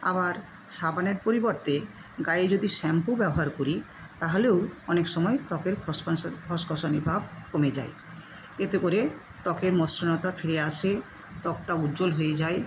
আবার সাবানের পরিবর্তে গায়ে যদি শ্যাম্পু ব্যবহার করি তাহলেও অনেক সময় ত্বকের খসখসে খসখসানি ভাব কমে যায় এতে করে ত্বকের মসৃণতা ফিরে আসে ত্বকটা উজ্বল হয়ে যায়